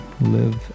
live